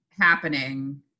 happening